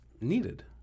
needed